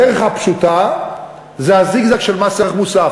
הדרך הפשוטה זה הזיגזג של מס ערך מוסף: